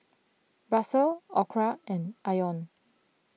Russel Orra and Ione